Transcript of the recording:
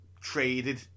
traded